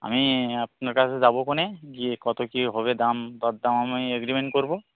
আমি আপনার কাছে যাব খনে গিয়ে কত কী হবে দাম দর দাম আমি এগ্রিমেন্ট করবো